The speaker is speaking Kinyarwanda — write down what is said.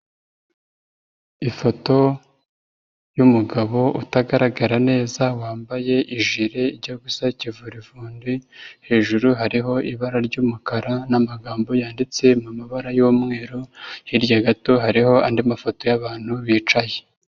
Ifoto y'umugabo utagaragara neza, wambaye ijile ijya gusa ikivurivundi, hejuru hariho ibara ry'umukara n'amagambo yanditse mu mabara y'umweru, hirya gato hariho andi mafoto y'abantu bicaye.